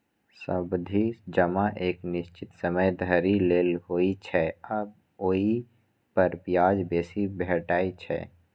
सावधि जमा एक निश्चित समय धरि लेल होइ छै आ ओइ पर ब्याज बेसी भेटै छै